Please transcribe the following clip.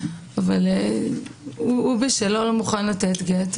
אבל הוא בשלו לא מוכן גט,